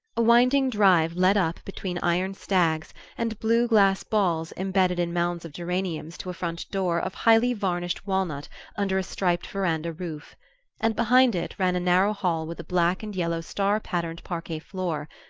a winding drive led up between iron stags and blue glass balls embedded in mounds of geraniums to a front door of highly-varnished walnut under a striped verandah-roof and behind it ran a narrow hall with a black and yellow star-patterned parquet floor,